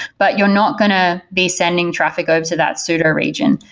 but you're not going to be sending traffic over to that pseudo-region.